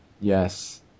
Yes